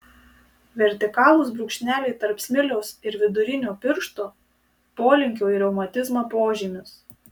vertikalūs brūkšneliai tarp smiliaus ir vidurinio piršto polinkio į reumatizmą požymis